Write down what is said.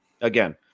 Again